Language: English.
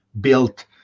built